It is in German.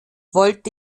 wollte